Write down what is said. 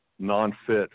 non-fit